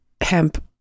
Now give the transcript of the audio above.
hemp